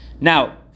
Now